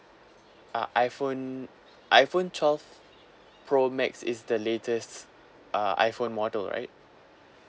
uh iphone iphone twelve pro max is the latest uh iphone model right